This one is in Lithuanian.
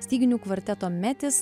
styginių kvarteto metis